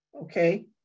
okay